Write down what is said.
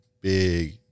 big